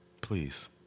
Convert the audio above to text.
please